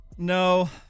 No